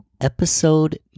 Episode